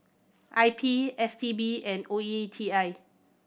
I P S T B and O E T I